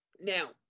Now